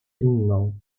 inną